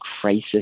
crisis